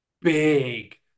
big